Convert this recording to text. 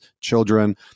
children